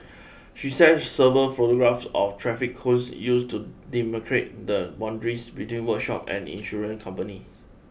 she says several photographs of traffic cones used to demarcate the boundaries between workshop and insurance company